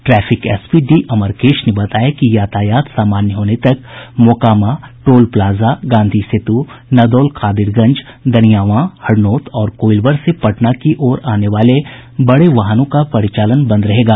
traffic SP D Amarkesh ने बताया कि यातायात सामान्य होने तक मोकामा टोल प्लाजा गांधी सेतु नदौल कादिरगंज दनियावां हरनौत और कोईलवर से पटना की ओर आने वाले बड़े वाहनों का परिचालन बंद रहेगा